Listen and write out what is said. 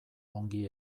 ongi